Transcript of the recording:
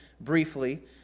briefly